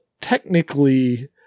technically